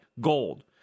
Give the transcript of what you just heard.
gold